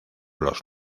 los